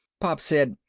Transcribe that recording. pop said,